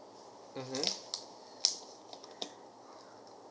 mmhmm